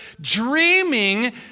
dreaming